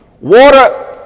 Water